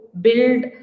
build